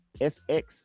S-X